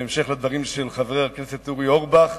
בהמשך לדברים של חבר הכנסת אורי אורבך,